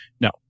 No